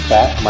Fat